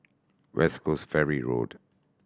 West Coast Ferry Road